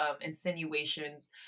insinuations